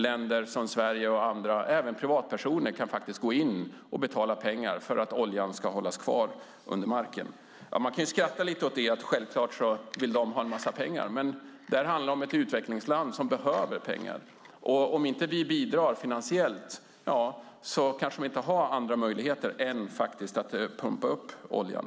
Länder som Sverige och andra, även privatpersoner, kan betala pengar för att oljan ska hållas kvar under marken. Man kan skratta lite åt det. De vill självfallet ha en massa pengar. Det här handlar om ett utvecklingsland som behöver pengar. Om inte vi bidrar finansiellt har de kanske inte några andra möjligheter än att pumpa upp oljan.